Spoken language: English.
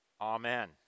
Amen